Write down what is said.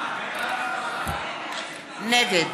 נגד